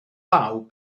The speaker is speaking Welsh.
law